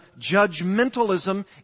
judgmentalism